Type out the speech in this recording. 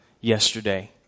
yesterday